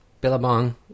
Billabong